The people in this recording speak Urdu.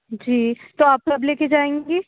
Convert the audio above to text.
جی تو آپ کب لے کے جائیں گی